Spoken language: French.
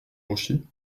rocher